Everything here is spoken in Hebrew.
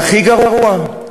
והכי גרוע,